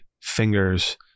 Fingers-